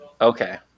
Okay